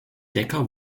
decker